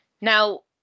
now